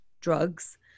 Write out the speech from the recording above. drugs